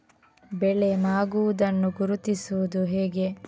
ಬೆಳೆ ಮಾಗುವುದನ್ನು ಗುರುತಿಸುವುದು ಹೇಗೆ?